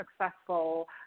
successful